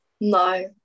no